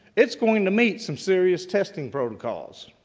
it's going to meet some serious testing protocols.